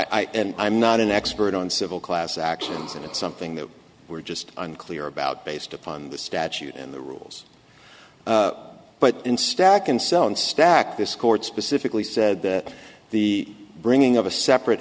i and i'm not an expert on civil class actions and it's something that we're just unclear about based upon the statute and the rules but in stack and so on stack this court specifically said that the bringing of a separate